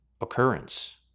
occurrence